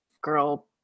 girl